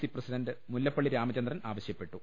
C president Mullappally Ramachandran ആവശ്യപ്പെട്ടു